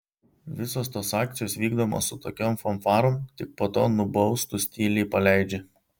visos tos akcijos vykdomos su tokiom fanfarom tik po to nubaustus tyliai paleidžia